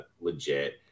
legit